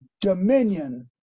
dominion